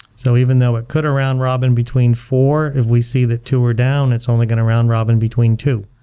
so even though it could a round robin between four, if we see that two are down, it's only going to round robin between two,